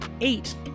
eight